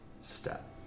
Step